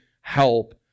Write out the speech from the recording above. help